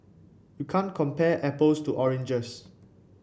you can't compare apples to oranges